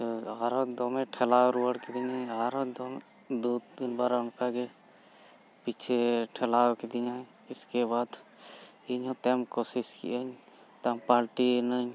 ᱟᱨᱦᱚᱸ ᱫᱚᱢᱮ ᱴᱷᱮᱞᱟᱣ ᱨᱩᱣᱟᱹᱲ ᱠᱤᱫᱤᱧᱟ ᱟᱨᱦᱚᱸ ᱫᱚᱢᱮ ᱫᱩ ᱛᱤᱱ ᱵᱟᱨ ᱚᱱᱠᱟ ᱜᱮ ᱯᱤᱪᱷᱮ ᱴᱷᱮᱞᱟᱣ ᱠᱤᱫᱤᱧᱟᱭ ᱤᱥᱠᱮᱵᱟᱫ ᱤᱧ ᱦᱚᱸ ᱛᱟᱭᱚᱢ ᱠᱚᱥᱤᱥ ᱠᱮᱜ ᱟᱹᱧ ᱛᱟᱭᱚᱢ ᱯᱟᱞᱴᱤᱭᱮᱱᱟᱹᱧ